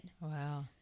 Wow